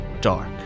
Dark